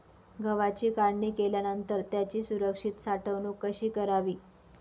गव्हाची काढणी केल्यानंतर त्याची सुरक्षित साठवणूक कशी करावी?